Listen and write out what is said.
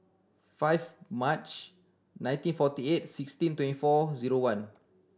five March nineteen forty eight sixteen twenty four zero one